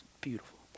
beautiful